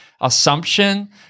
assumption